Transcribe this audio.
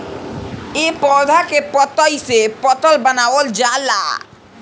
ए पौधा के पतइ से पतल बनावल जाला